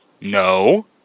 No